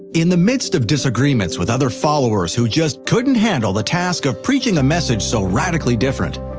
in the midst of disagreements with other followers who just couldn't handle the task of preaching a message so radically different,